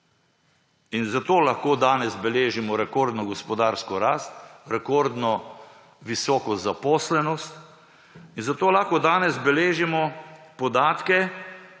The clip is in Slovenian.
In zato lahko danes beležimo rekordno gospodarsko rast, rekordno visoko zaposlenost in zato lahko danes beležimo podatke